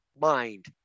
mind